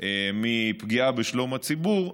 מפגיעה בשלום הציבור,